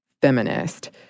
Feminist